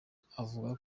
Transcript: akavuga